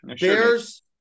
Bears